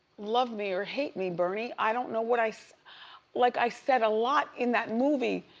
love me or hate me, bernie, i don't know what i so like i said a lot in that movie,